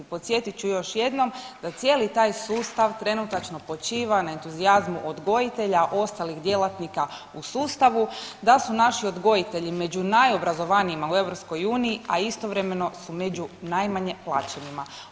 Podsjetit ću još jednom, da cijeli taj sustav trenutačno počiva na entuzijazmu odgojitelja, ostalih djelatnika u sustavu, da su naši odgojitelji među najobrazovanijima u EU, a istovremeno su među najmanje plaćenima.